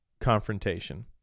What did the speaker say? confrontation